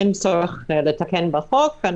אין צורך לתקן בחוק.